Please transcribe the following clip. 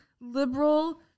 liberal